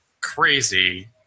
crazy